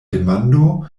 demando